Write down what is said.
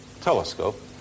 telescope